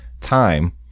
time